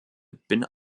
bin